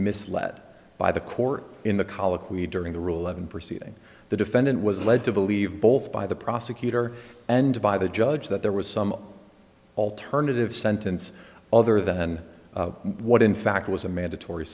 misled by the court in the colloquy during the rule of an proceeding the defendant was led to believe both by the prosecutor and by the judge that there was some alternative sentence other than what in fact was a mandatory